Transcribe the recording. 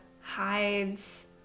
hides